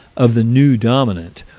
of the new dominant,